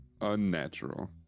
unnatural